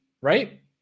right